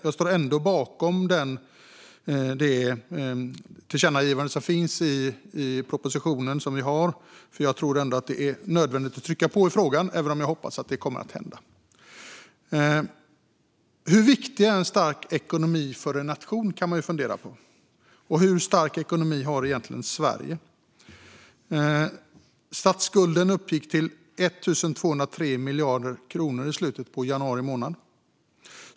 Jag står ändå bakom det tillkännagivande som finns i betänkandet, för jag tror att det är nödvändigt att trycka på i frågan, även om jag hoppas att detta kommer att hända. Hur viktig är en stark ekonomi för en nation? Det kan man fundera på. Och hur stark ekonomi har egentligen Sverige? Statsskulden uppgick till l 203 miljarder kronor i slutet av januari månad.